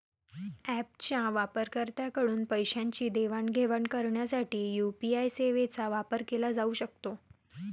ऍपच्या वापरकर्त्यांकडून पैशांची देवाणघेवाण करण्यासाठी यू.पी.आय सेवांचा वापर केला जाऊ शकतो